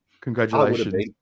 congratulations